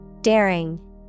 Daring